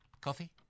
Coffee